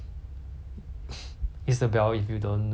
if you don't feel jealous but ya